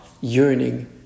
yearning